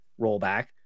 rollback